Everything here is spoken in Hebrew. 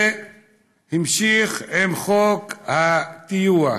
וזה המשיך עם חוק הטיוח,